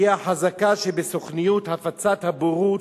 היא החזקה שבסוכנויות הפצת הבורות,